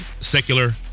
secular